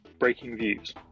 BreakingViews